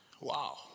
Wow